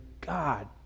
God